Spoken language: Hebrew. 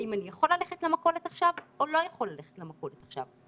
האם אני יכול ללכת למכולת עכשיו או לא יכול ללכת למכולת עכשיו.